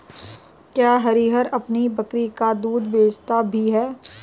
क्या हरिहर अपनी बकरी का दूध बेचता भी है?